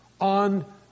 on